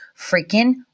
freaking